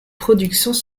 productions